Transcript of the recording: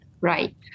right